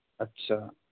اچھا